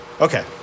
Okay